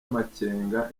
amakenga